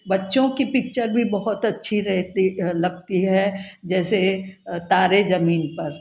बच्चों की पिक्चर भी बहुत अच्छी रहती लगती है जैसे तारे ज़मीन पर